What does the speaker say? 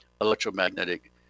electromagnetic